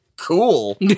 Cool